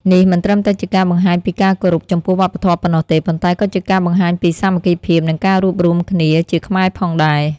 នេះមិនត្រឹមតែជាការបង្ហាញពីការគោរពចំពោះវប្បធម៌ប៉ុណ្ណោះទេ ប៉ុន្តែក៏ជាការបង្ហាញពី សាមគ្គីភាព និងការរួបរួមគ្នាជាខ្មែរផងដែរ។